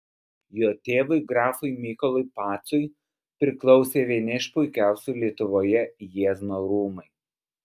jo tėvui grafui mykolui pacui priklausė vieni iš puikiausių lietuvoje jiezno rūmai